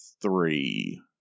three